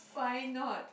why not